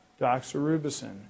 Doxorubicin